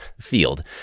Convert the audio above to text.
field